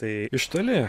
tai iš toli